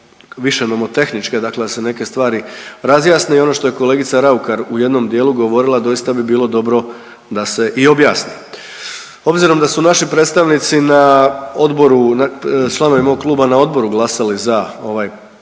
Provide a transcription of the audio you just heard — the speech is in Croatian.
više nomotehničke dakle da se neke stvari razjasne i ono što je kolegica Raukar u jednom dijelu govorila doista bi bilo dobro da se i objasni. Obzirom da su naši predstavnici na odboru, članovi mog kluba na odboru glasali za ovaj